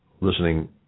listening